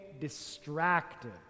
distracted